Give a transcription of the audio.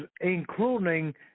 including